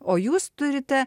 o jūs turite